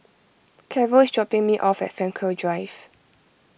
Carol is dropping me off at Frankel Drive